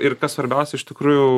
ir ir kas svarbiausia iš tikrųjų